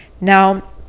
Now